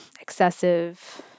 excessive